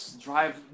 drive